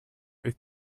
est